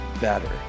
better